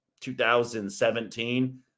2017